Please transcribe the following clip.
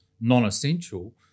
non-essential